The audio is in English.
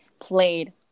played